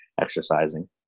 exercising